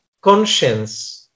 conscience